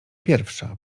pierwsza